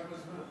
בכמה זמן?